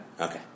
Okay